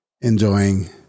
enjoying